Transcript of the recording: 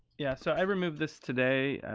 yeah, so i removed this today.